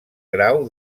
grau